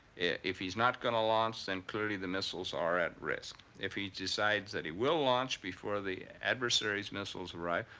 if he's not going to launch then clearly the missiles are at risk. if he decides that he will launch before the adversaries' missiles arrive,